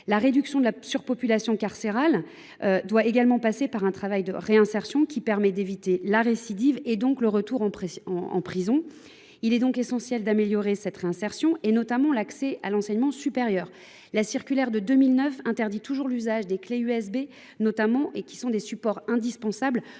La réduction de la surpopulation carcérale doit notamment passer par un travail de réinsertion, qui permet d’éviter la récidive, donc le retour en prison. Il est par conséquent essentiel d’améliorer ce volet, notamment l’accès à l’enseignement supérieur. Or une circulaire de 2009 interdit toujours l’usage des clés USB, qui sont des supports indispensables